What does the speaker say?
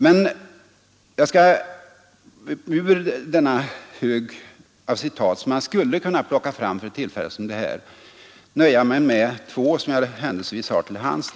Men jag skall ur denna hög av citat som man skulle kunna plocka fram för ett tillfälle som det här nöja mig med två, som jag händelsevis har till hands.